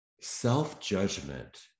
self-judgment